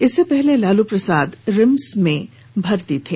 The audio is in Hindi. इससे पहले लालू प्रसाद रिम्स में भर्ती थे